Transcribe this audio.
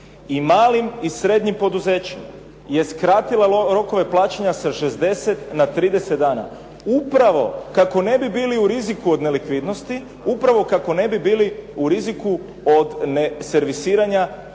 I malim i srednjim poduzećima je skratila rokove plaćanja sa 60 na 30 dana. Upravo kako ne bi bilo u riziku od nelikvidnosti, upravo kako ne bi bili u riziku od neservisiranja